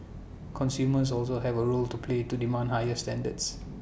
consumers also have A role to play to demand higher standards